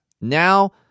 Now